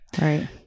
Right